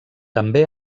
també